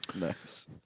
Nice